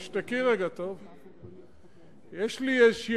יש לי בקשה, שתשתקי גם לרגע, טוב?